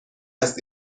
است